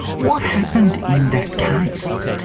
what happened in that case?